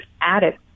added